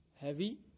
heavy